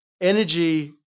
energy